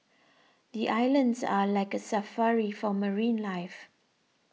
the islands are like a safari for marine life